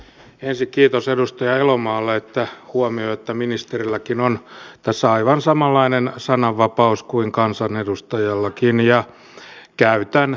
ensin kiitos edustaja elomaalle että huomioitte että ministerilläkin on tässä aivan samanlainen sananvapaus kuin kansanedustajalla ja käytän sitä